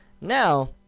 Now